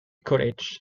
colleges